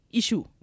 issue